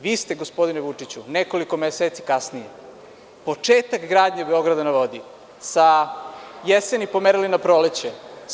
Vi ste, gospodine Vučiću, nekoliko meseci kasnije početak gradnje „Beograda na vodi“ sa jeseni pomerili na proleće.